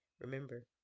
Remember